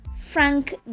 Frank